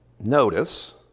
Notice